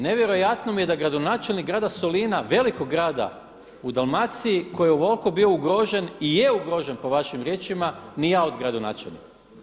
Nevjerojatno mi je da gradonačelnik grada Solina, velikog grada u Dalmaciji koji je ovoliko bio ugrožen i je ugrožen po vašim riječima i a od gradonačelnika.